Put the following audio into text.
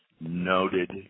noted